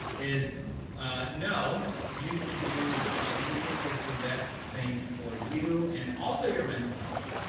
is no, you should do what you think is the best thing for you and also your mental health.